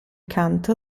canto